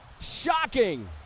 Shocking